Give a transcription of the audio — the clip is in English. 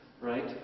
Right